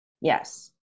Yes